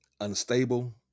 unstable